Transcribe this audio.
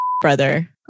brother